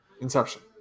Inception